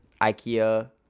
Ikea